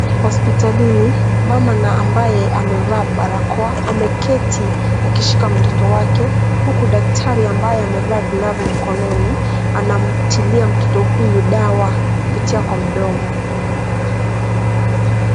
Hospitalini, mama na ambaye amevaa barakoa ameketi akishika mtoto wake huku daktari ambaye amevaa glovu mkononi anamtilia mtoto huyu dawa kupitia kwa mdomo.